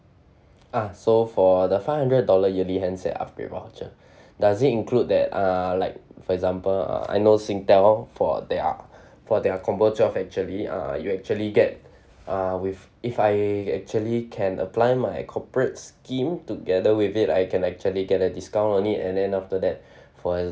ah so for the five hundred dollar yearly handset upgrade voucher does it include that uh like for example uh I know singtel for their for their combo twelve actually uh you actually get uh with if I actually can apply my corporate scheme together with it I can actually get a discount only and then after that for